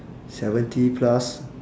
seventy plus